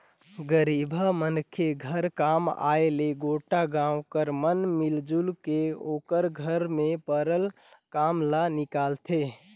गरीबहा मनखे घर काम आय ले गोटा गाँव कर मन मिलजुल के ओकर घर में परल काम ल निकालथें